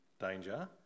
danger